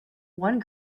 one